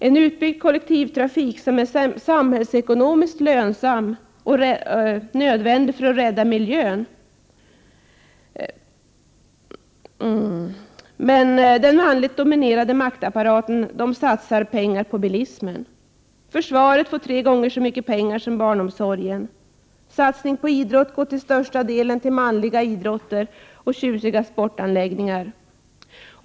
En utbyggd kollektivtrafik är samhällsekonomiskt lönsam och nödvändig för att rädda miljön, men den manligt dominerade maktapparaten satsar pengar på bilismen. Försvaret får tre gånger så mycket pengar som barnomsorgen. Satsningen på idrott går till största delen till manliga idrotter och tjusiga sportanläggningar.